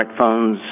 smartphones